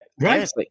Right